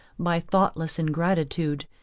by thoughtless ingratitude,